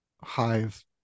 hive